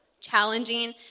challenging